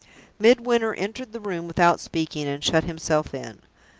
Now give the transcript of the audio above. midwinter entered the room without speaking, and shut himself in.